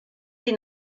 sie